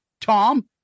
Tom